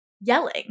yelling